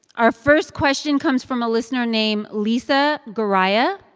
our first question comes from a listener named lisa garaya.